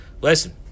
Listen